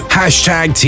hashtag